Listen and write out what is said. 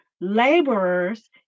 laborers